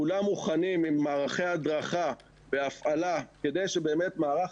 כולם מוכנים עם מערכי הדרכה והפעלה כדי שבאמת מערך